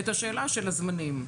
את השאלה של הזמנים.